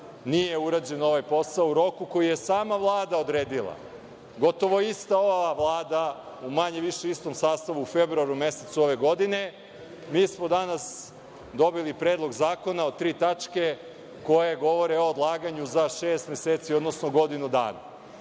nije urađen ovaj posao u roku, koji je sama Vlada odredila, gotovo ista ova Vlada, u manje više istom sastavu, u februaru mesecu ove godine, mi smo danas dobili Predlog zakona o tri tačke koje govore o odlaganju za šest meseci, odnosno godinu dana. Sada,